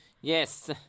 Yes